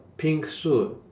pink suit